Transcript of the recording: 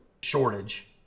shortage